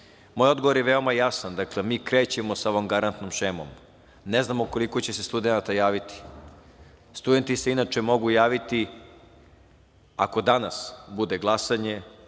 odgovor je veoma jasan. Mi krećemo sa ovom garantnom šemom. Ne znamo koliko će se studenata javiti. Studenti se inače mogu javiti ako danas bude glasanje,